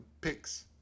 picks